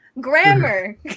grammar